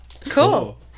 Cool